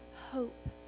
hope